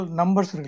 numbers